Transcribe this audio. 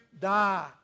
die